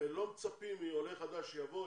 הרי לא מצפים מעולה חדש שיבוא,